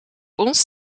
ons